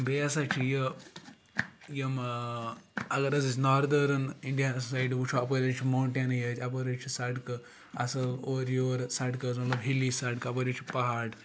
بیٚیہِ ہَسا چھِ یہِ یِم اگر حظ أسۍ ناردٲرٕن اِنڈیا ہَس سایڈٕ وٕچھو اَپٲرۍ حظ چھِ موٹینٕے یٲتۍ اَپٲرۍ حظ چھِ سڑکہٕ اَصٕل اورٕ یورٕ سَڑکہٕ مطلب ہِلی سڑکہٕ اَپٲرۍ حظ چھِ پہاڑ